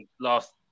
last